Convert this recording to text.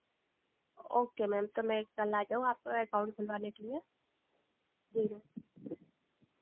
okay ma'am तो मैं कल आ जाऊं आप एकाउंट खुलवाने के लिए जी मैम